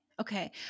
Okay